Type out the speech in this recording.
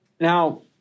Now